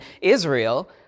Israel